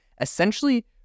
essentially